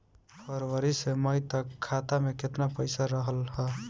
फरवरी से मई तक खाता में केतना पईसा रहल ह?